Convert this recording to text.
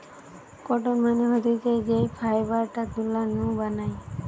cotton মানে হতিছে যেই ফাইবারটা তুলা নু বানায়